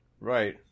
Right